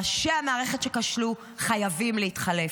ראשי המערכת שכשלו חייבים להתחלף.